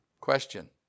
Question